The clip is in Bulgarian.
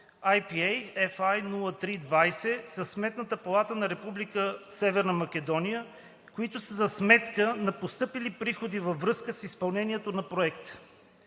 IPA FI 03 20 със Сметната палата на Република Северна Македония, които са за сметка на постъпили приходи във връзка с изпълнението на Проекта.